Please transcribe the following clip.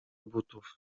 butów